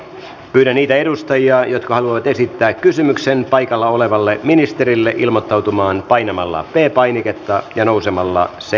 pyydän niitä edustajia jotka haluavat esittää kysymyksen paikalla olevalle ministerille ilmoittautumaan painamalla p painiketta ja nousemalla seisomaan